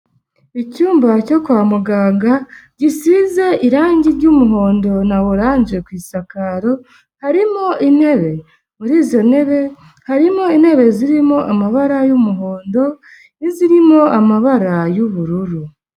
Icyumba cyo kwa muganga gisize irangi ry'umuhondo na oranje ku isakaro, harimo intebe muri izo ntebe harimo intebe zirimo amabara y'umuhondo n'izirimo amabara y'ubururu.